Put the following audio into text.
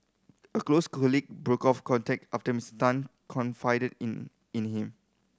a close colleague broke off contact after Mister Tan confided in in him